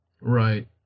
Right